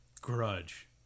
grudge